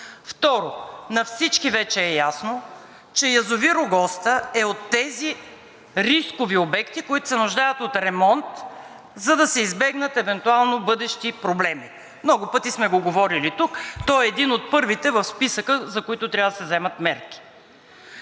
Второ, на всички вече е ясно, че язовир „Огоста“ е от тези рискови обекти, които се нуждаят от ремонт, за да се избегнат евентуално бъдещи проблеми. Много пъти сме го говорили тук, че той е един от първите в списъка, за които трябва да се вземат мерки.